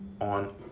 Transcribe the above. on